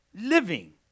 living